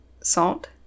salt